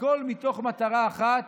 הכול, מתוך מטרה אחת: